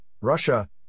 Russia